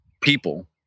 people